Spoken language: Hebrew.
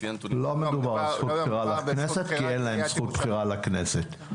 כי אין להם זכות בחירה לכנסת.